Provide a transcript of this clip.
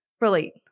relate